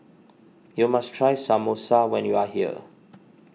you must try Samosa when you are here